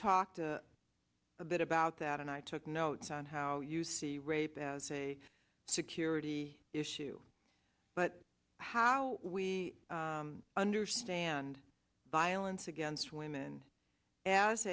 talk to a bit about that and i took notes on how you see rape as a security issue but how we understand violence against women as